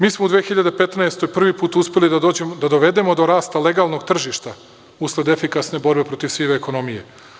Mi smo u 2015. godini prvi put uspeli da dovedemo do rasta legalnog tržišta, usled efikasne borbe protiv sive ekonomije.